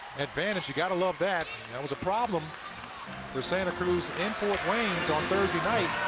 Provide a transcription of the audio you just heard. advantage. got to love that. that was a problem for santa cruz in fort wayne on thursday night